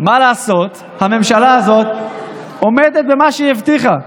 מה לעשות, הממשלה הזאת עומדת במה שהיא הבטיחה.